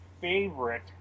favorite